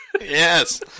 Yes